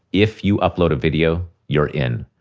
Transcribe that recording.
if you upload a video, you're in,